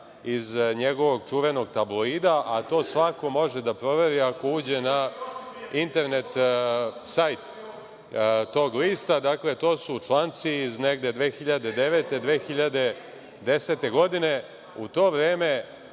iz njegovog čuvenog tabloida, a to svako može da proveri ako uđe na internet sajt tog lista. Dakle, to su članci iz negde 2009, 2010. godine. U tom vreme